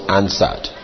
answered